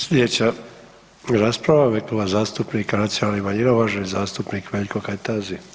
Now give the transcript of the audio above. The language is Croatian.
Sljedeća rasprava je u ime Kluba zastupnika nacionalnih manjina i uvaženi zastupnik Veljko Kajtazi.